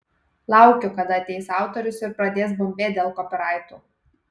laukiu kada ateis autorius ir pradės bumbėt dėl kopyraitų